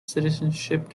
citizenship